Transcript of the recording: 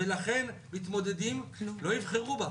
ולכן מתמודדים לא יבחרו בה.